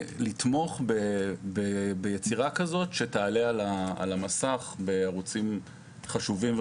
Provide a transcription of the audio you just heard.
שיתמכו ביצירה כזאת שתעלה על המסך בערוצים חשובים.